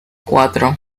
cuatro